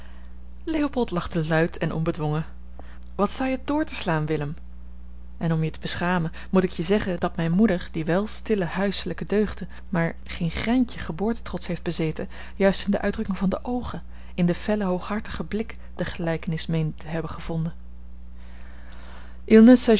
leopold lachte luid en onbedwongen wat sta je door te slaan willem en om je te beschamen moet ik je zeggen dat mijne moeder die wel stille huiselijke deugden maar geen greintje geboortetrots heeft bezeten juist in de uitdrukking van de oogen in den fellen hooghartigen blik de gelijkenis meende te hebben gevonden